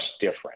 different